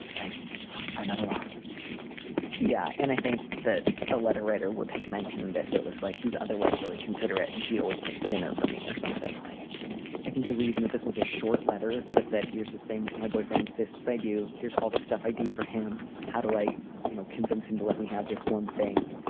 and loss yeah. and i think that the letter writer would have mentioned if it was like he's otherwise really considerate and he always makes dinner for me or something like i think the reason that this was a short letter that said, here's this thing my boyfriend insists i do. here's all the stuff i do for him. how do i you know convince him to let me have this one thing?